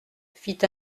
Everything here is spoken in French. fit